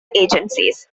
agencies